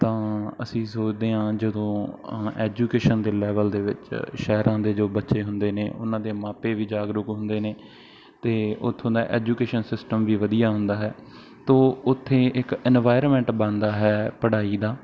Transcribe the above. ਤਾਂ ਅਸੀ ਸੋਚਦੇ ਹਾਂ ਜਦੋਂ ਅ ਐਜੂਕੇਸ਼ਨ ਦੇ ਲੈਵਲ ਦੇ ਵਿੱਚ ਸ਼ਹਿਰਾਂ ਦੇ ਜੋ ਬੱਚੇ ਹੁੰਦੇ ਨੇ ਉਹਨਾਂ ਦੇ ਮਾਪੇ ਵੀ ਜਾਗਰੂਕ ਹੁੰਦੇ ਨੇ ਅਤੇ ਉੱਥੋਂ ਦਾ ਐਜੂਕੇਸ਼ਨ ਸਿਸਟਮ ਵੀ ਵਧੀਆ ਹੁੰਦਾ ਹੈ ਤਾਂ ਉੱਥੇ ਇੱਕ ਇਨਵਾਇਰਮੈਂਟ ਬਣਦਾ ਹੈ ਪੜ੍ਹਾਈ ਦਾ